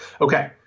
Okay